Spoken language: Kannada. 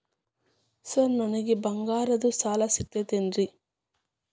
ಸರ್ ನನಗೆ ಬಂಗಾರದ್ದು ಸಾಲ ಸಿಗುತ್ತೇನ್ರೇ?